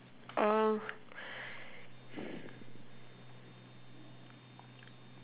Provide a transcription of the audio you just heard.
um